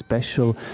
Special